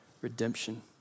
redemption